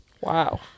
Wow